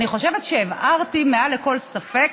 אני חושבת שהבהרתי מעל לכל ספק